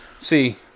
See